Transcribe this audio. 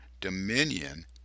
dominion